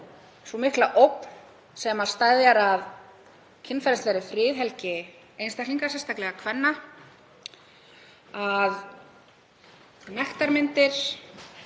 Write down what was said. sú mikla ógn sem steðjar að kynferðislegri friðhelgi einstaklinga, sérstaklega kvenna, að nektarmyndir